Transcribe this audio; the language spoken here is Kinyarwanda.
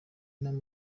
nawe